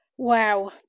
Wow